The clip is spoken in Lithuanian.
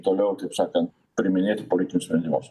toliau taip sakant priiminėti politinius sprendimus